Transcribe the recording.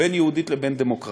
בין יהודית לבין דמוקרטית.